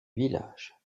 village